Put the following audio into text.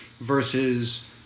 versus